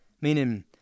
Meaning